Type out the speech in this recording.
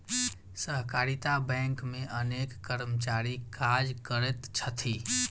सहकारिता बैंक मे अनेक कर्मचारी काज करैत छथि